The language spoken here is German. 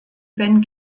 ben